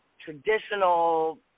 traditional